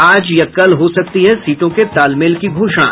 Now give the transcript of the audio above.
आज या कल हो सकती है सीटों के तालमेल की घोषणा